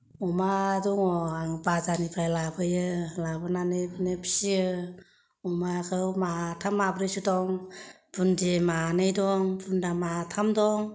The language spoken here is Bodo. अमा दङ आं बाजारनिफ्राय लाबोयो लाबोनानै बिदिनो फिसियो अमाखौ माथाम माब्रैसो दं बुन्दि मानै दं बुन्दा माथाम दं